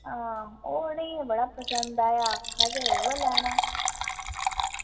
आं ओह् उनेंगी बड़ा पसंद आया ते आक्खा दे हे उऐ लैन